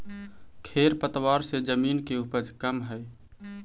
खेर पतवार से जमीन के उपज कमऽ हई